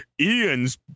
Ian's